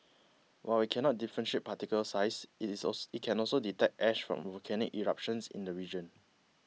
while it cannot differentiate particle size it is it can also detect ash from volcanic eruptions in the region